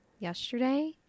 Yesterday